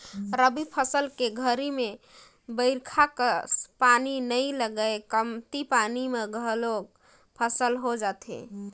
रबी फसल के घरी में बईरखा कस पानी नई लगय कमती पानी म घलोक फसल हो जाथे